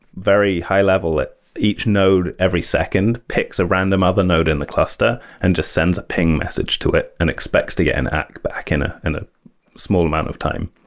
very high level, each node every second picks a random other node in the cluster and just sends a ping message to it and expects to get an act back in ah in the small amount of time.